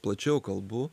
plačiau kalbu